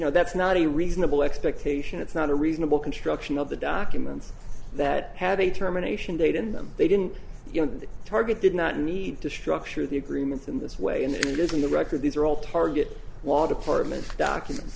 know that's not a reasonable expectation it's not a reasonable construction of the documents that had a terminations date in them they didn't target did not need to structure the agreement in this way and it is in the record these are all target lot apartment documents